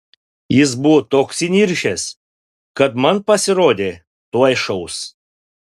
jis buvo toks įniršęs kad man pasirodė tuoj šaus